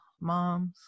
moms